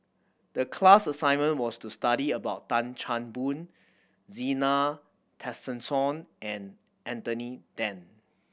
the class assignment was to study about Tan Chan Boon Zena Tessensohn and Anthony Then